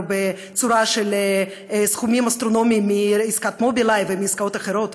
בצורה של סכומים אסטרונומיים מעסקת מובילאיי ומעסקאות אחרות.